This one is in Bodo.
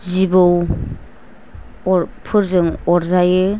जिबौफोरजों अरजायो